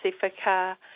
Pacifica